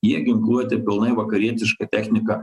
jie ginkluoti pilnai vakarietiška technika